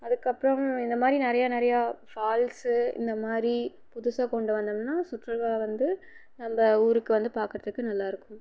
அதுக்கப்புறோம் இந்த மாதிரி நிறைய நிறையா ஃபால்ஸ் இந்த மாதிரி புதுசாக கொண்டு வந்தோம்னா சுற்றுலா வந்து நம்ப ஊருக்கு வந்து பார்க்கறதுக்கு நல்லா இருக்கும்